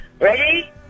Ready